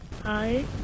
Hi